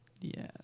yes